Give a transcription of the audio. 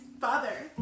father